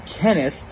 Kenneth